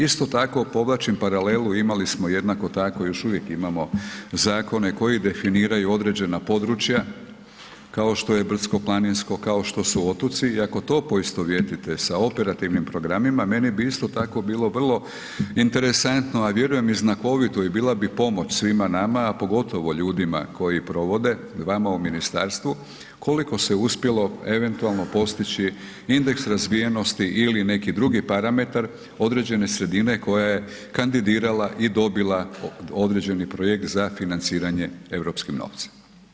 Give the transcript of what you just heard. Isto tako povlačim paralelu, imali smo jednako tako i još uvijek imamo zakone koji definiraju određena područja kao što je brdsko-planinsko, kao što su otoci i ako to poistovjetite sa operativnom programima, meni bi isto tako bilo vrlo interesantno a vjerujem i znakovito i bila bi pomoć svima nama a pogotovo ljudima koji provode, vama u ministarstvu, koliko se uspjelo eventualno postići indeksi razvijenosti ili neki drugi parametar određene sredine koje je kandidirala i dobila određeni projekt za financiranje europskim novcem.